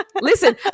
Listen